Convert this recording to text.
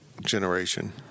generation